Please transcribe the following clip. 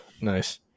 Nice